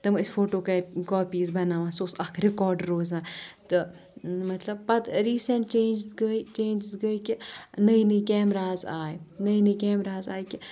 تہٕ یِم ٲسۍ فوٹو کاپیٖز بَناون سُہ اوس اَکھ رِکاڈ روزان تہٕ مطلَب پَتہٕ ریٖسَنٹ چینجِس گٔے چینجِس گٔے کِہ نٔے نٔے کیمراز آے نٔے نٔے کیمراز آیہِ کہِ